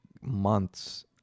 months